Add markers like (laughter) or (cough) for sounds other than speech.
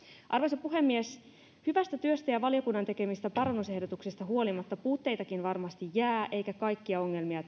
arvoisa puhemies hyvästä työstä ja valiokunnan tekemistä parannusehdotuksista huolimatta puutteitakin varmasti jää eikä kaikkia ongelmia (unintelligible)